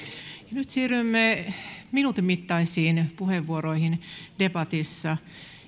nyt siirrymme minuutin mittaisiin puheenvuoroihin debatissa